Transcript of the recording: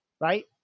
right